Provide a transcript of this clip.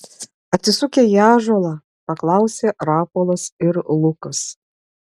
atsisukę į ąžuolą paklausė rapolas ir lukas